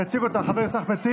יציג אותה חבר הכנסת אחמד טיבי.